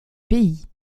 pays